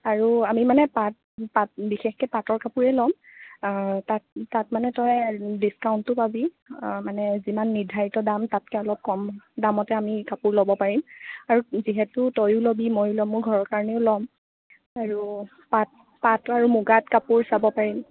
আৰু আমি মানে পাট পাট বিশেষকে পাটৰ কাপোৰে ল'ম তাত তাত মানে তই ডিছকাউণ্টো পাবি মানে যিমান নিৰ্ধাৰিত দাম তাতকৈ অলপ কম দামতে আমি কাপোৰ ল'ব পাৰিম আৰু যিহেতু তইয়ো ল'বি মইয়ো ল'ম মোৰ ঘৰৰ কাৰণেও ল'ম আৰু পাট পাট আৰু মুগাত কাপোৰ চাব পাৰিম